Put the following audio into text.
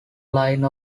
line